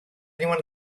anyone